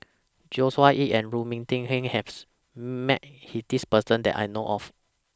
Joshua Ip and Lu Ming Teh Earl has Met He This Person that I know of